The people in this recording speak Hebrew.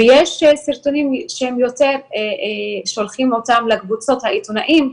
ויש סרטונים שיותר שולחים אותם לקבוצות העיתונאים,